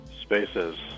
spaces